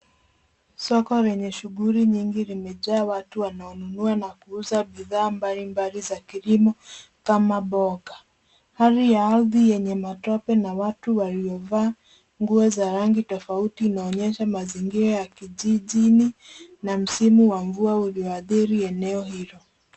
Soko lenye shughuli nyingi limejaa watu wanaonunua na kuuza bidhaa mbalimbali za kilimo kama mboga. Hali ya ardhi yenye matope na watu waliovaa nguo za rangi tofauti inaonyesha mazingira ya kijijini na msimu wa mvua ulioathiri eneo hilo.